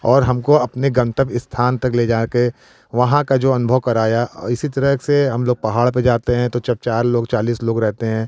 और हमको अपने गंतव्य स्थान तक ले जाके वहाँ का जो अनुभव कराया औ इसी तरह से हम लोग पहाड़ पे जाते हैं तो जब चार लोग चालीस लोग रहते हैं